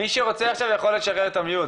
מי שרוצה עכשיו יכול לשחרר את ה'מיוט',